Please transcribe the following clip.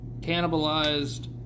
cannibalized